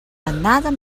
another